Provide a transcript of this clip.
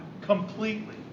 Completely